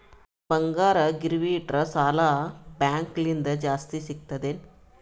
ನಮ್ ಬಂಗಾರ ಗಿರವಿ ಇಟ್ಟರ ಸಾಲ ಬ್ಯಾಂಕ ಲಿಂದ ಜಾಸ್ತಿ ಸಿಗ್ತದಾ ಏನ್?